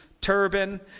turban